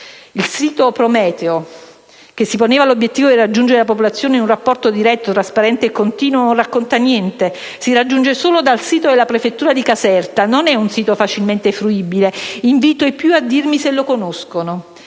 Internet «Prometeo», che si poneva l'obiettivo di raggiungere la popolazione in un rapporto diretto, trasparente e continuo, non racconta niente, si raggiunge solo dal sito della prefettura di Caserta, non è un sito facilmente fruibile (invito i più a dirmi se lo conoscono),